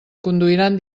conduiran